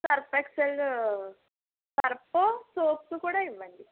Surf Excel Surf soaps కూడా ఇవ్వండి